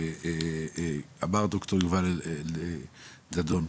אמר ד"ר יובל דאדון,